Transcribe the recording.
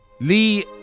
Lee